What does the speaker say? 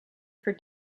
for